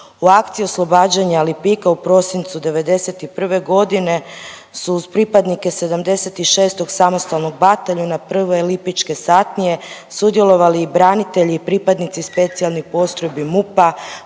U akciji oslobađanja Lipika u prosincu '91. godine su uz pripadnike 76. samostalnog bataljuna Prve lipičke satnije sudjelovali i branitelji i pripadnici specijalnih postrojbi MUP-a,